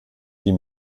die